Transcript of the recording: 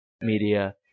media